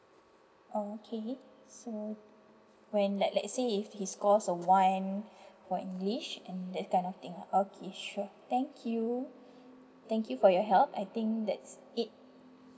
oh okay so when let let say if he scores a one for english and that kind of thing lah okay sure thank you thank you for your help I think that's it